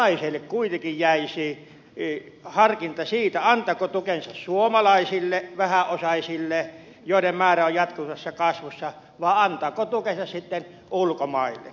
jokaiselle kuitenkin jäisi harkinta siitä antaako tukensa suomalaisille vähäosaisille joiden määrä on jatkuvassa kasvussa vai antaako tukensa sitten ulkomaille